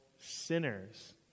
sinners